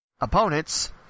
opponents